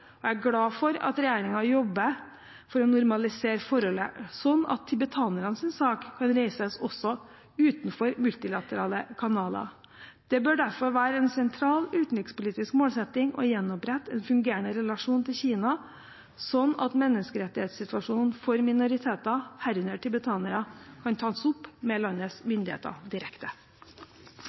og jeg er glad for at regjeringen jobber for å normalisere forholdet, slik at tibetanernes sak kan reises også utenfor multilaterale kanaler. Det bør derfor være en sentral utenrikspolitisk målsetting å gjenopprette en fungerende relasjon til Kina, slik at menneskerettighetssituasjonen for minoriteter, herunder tibetanerne, kan tas opp med landets myndigheter direkte.